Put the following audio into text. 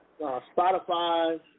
Spotify